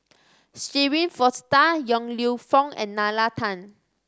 Shirin Fozdar Yong Lew Foong and Nalla Tan